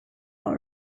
all